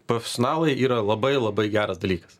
profesionalai yra labai labai geras dalykas